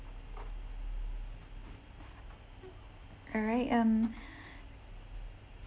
all right um